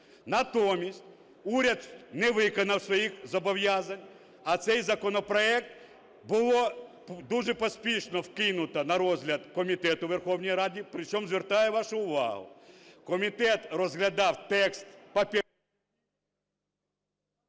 Натомість уряд не виконав своїх зобов'язань, а цей законопроект було дуже поспішно вкинуто на розгляд комітету Верховної Ради, причому звертаю вашу увагу, комітет розглядав текст…